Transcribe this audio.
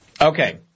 Okay